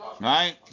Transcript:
Right